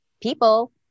people